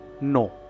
No